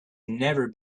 never